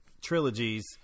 trilogies